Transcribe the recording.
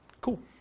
Cool